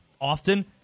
often